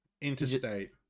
Interstate